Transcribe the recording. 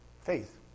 Faith